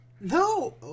No